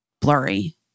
blurry